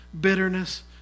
bitterness